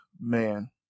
man